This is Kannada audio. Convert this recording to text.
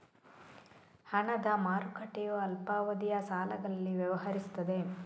ಹಣದ ಮಾರುಕಟ್ಟೆಯು ಅಲ್ಪಾವಧಿಯ ಸಾಲಗಳಲ್ಲಿ ವ್ಯವಹರಿಸುತ್ತದೆ